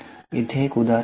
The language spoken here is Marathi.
इथे एक उदाहरण आहे